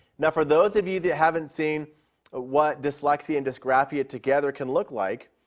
now, for those of you that haven't seen what dyslexia and dysgraphia together can look like,